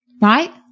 Right